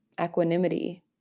equanimity